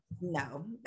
no